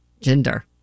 Gender